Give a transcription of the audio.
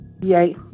Yay